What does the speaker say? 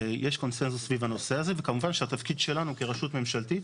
יש קונצנזוס סביב הנושא הזה וכמובן שהתפקיד שלנו כרשות ממשלתית